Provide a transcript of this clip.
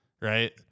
right